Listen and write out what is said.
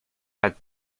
had